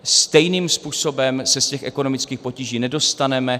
Stejným způsobem se z těch ekonomických potíží nedostaneme.